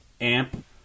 amp